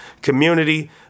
community